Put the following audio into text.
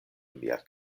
mia